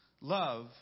love